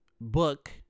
book